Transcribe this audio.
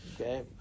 okay